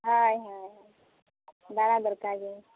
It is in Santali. ᱦᱳᱭ ᱦᱳᱭ ᱫᱟᱬᱟ ᱫᱚᱨᱠᱟᱨᱜᱮ